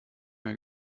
mehr